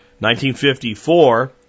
1954